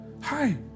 Hi